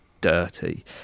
dirty